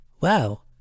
Wow